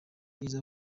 iza